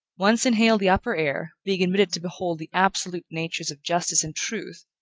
once inhale the upper air, being admitted to behold the absolute natures of justice and truth,